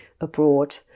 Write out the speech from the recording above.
abroad